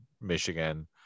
michigan